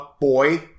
boy